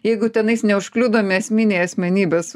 jeigu tenais neužkliudomi esminiai asmenybės